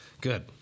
Good